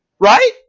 Right